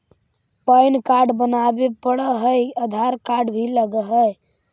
Pan card बनावे पडय है आधार कार्ड भी लगहै?